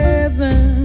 Heaven